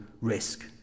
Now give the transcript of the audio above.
risk